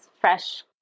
fresh